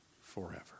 forever